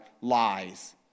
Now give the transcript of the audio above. lies